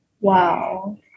wow